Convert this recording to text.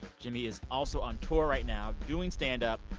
jimmy is also on tour right now doing stand-up.